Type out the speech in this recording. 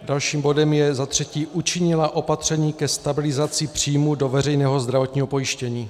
Dalším bodem je za třetí: Učinila opatření ke stabilizaci příjmů do veřejného zdravotního pojištění.